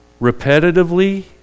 repetitively